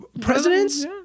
presidents